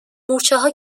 مورچهها